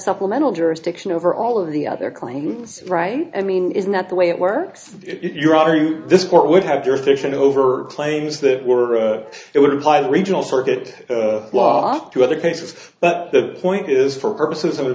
supplemental jurisdiction over all of the other claims right i mean isn't that the way it works you are in this court would have jurisdiction over claims that were it would apply the regional circuit block to other cases but the point is for purposes of